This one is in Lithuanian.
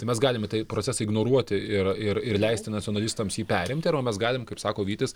tai mes galime tai procesą ignoruoti ir ir ir leisti nacionalistams jį perimti arba mes galim kaip sako vytis